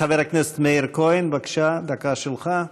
חבר הכנסת מאיר כהן, בבקשה, דקה שלך.